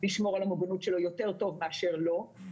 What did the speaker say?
לשמור על המוגנות שלו יותר טוב כי את